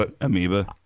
amoeba